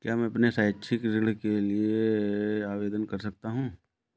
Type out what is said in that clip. क्या मैं अपने शैक्षिक ऋण के लिए आवेदन कर सकता हूँ?